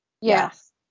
Yes